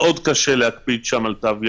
קשה מאוד להקפיד שם על תו ירוק,